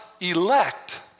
elect